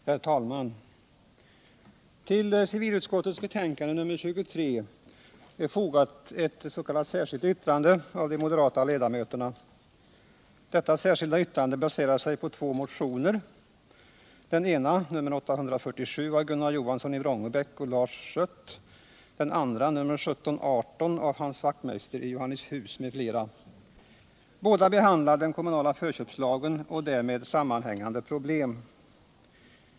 Herr talman! Till civilutskottets betänkande nr 23 är fogat ett s.k. särskilt yttrande av de moderata ledamöterna. Detta särskilda yttrande baserar sig på två motioner, den ena nr 847 av Gunnar Johansson i Vrångebäck och Lars Schött, den andra nr 1718 av Hans Wachtmeister i Johannishus m.fl. Båda behandlar den kommunala förköpslagen och därmed sammanhängande problem.